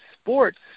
sports